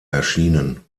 erschienen